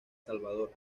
salvador